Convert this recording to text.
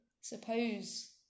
Suppose